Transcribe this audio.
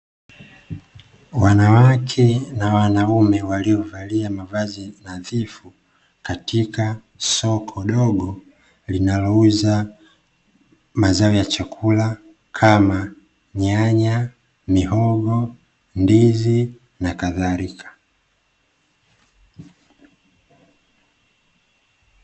Wanawake na wanaume waliovalia mavazi nadhifu katika soko dogo linalouza mazao ya chakula kama: nyanya, mihogo, ndizi na kadhalika.